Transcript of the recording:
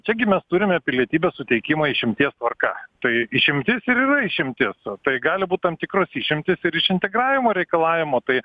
čia gimęs turime pilietybės suteikimą išimties tvarka tai išimtis ir yra išimtis o tai gali būt tam tikros išimtys ir iš integravimo reikalavimo tai